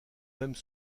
mêmes